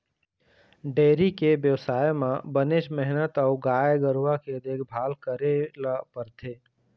dairy के बेवसाय म बनेच मेहनत अउ गाय गरूवा के देखभाल करे ल परथे